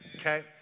Okay